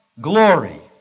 glory